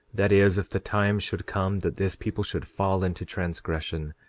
that is, if the time should come that this people should fall into transgression,